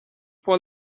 può